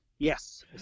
Yes